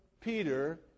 Peter